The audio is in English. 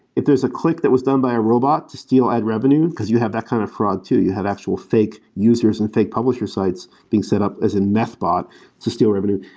if there's a click that was done by a robot to steal ad revenue, because you have that kind of fraud too. you have actual fake users and fake publisher sites being set up as a meth bot to steal revenue.